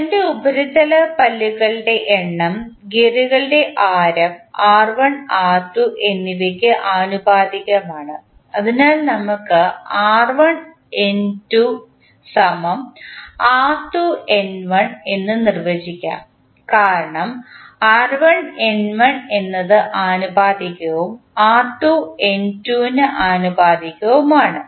ഗിയറിൻറെ ഉപരിതലത്തിലെ പല്ലുകളുടെ എണ്ണം ഗിയറുകളുടെ ആരം r1 r2 എന്നിവയ്ക്ക് ആനുപാതികമാണ് അതിനാൽ നമുക്ക് നിർവചിക്കാം കാരണം r1 N1 ന് ആനുപാതികവും r2 N2 ന് ആനുപാതികവുമാണ്